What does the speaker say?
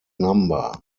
number